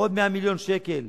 עוד 100 מיליון שקלים